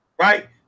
right